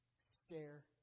Stare